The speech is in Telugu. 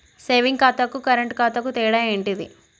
సేవింగ్ ఖాతాకు కరెంట్ ఖాతాకు తేడా ఏంటిది?